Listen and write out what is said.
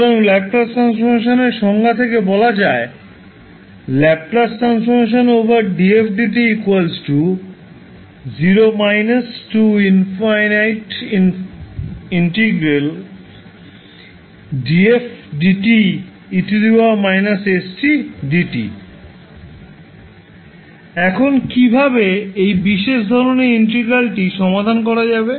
সুতরাং Laplace transform এর সংজ্ঞা থেকে বলা যায় এখন কীভাবে এই বিশেষ ধরণের ইন্টিগ্রালটি সমাধান করা যাবে